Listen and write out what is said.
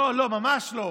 לא, לא, ממש לא.